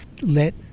let